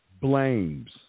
blames